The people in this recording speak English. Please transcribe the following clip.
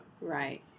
Right